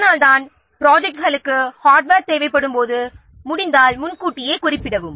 அதனால்தான் ப்ரொஜெக்ட்களுக்கு ஹார்ட்வேர் எப்பொழுது தேவைப்படும்போது முடிந்தால் முன்கூட்டியே குறிப்பிடவும்